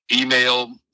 email